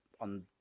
on